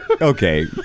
okay